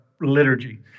liturgy